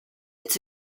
its